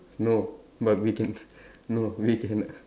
no but we can no we can